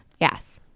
Yes